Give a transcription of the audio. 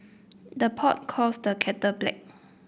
the pot calls the kettle black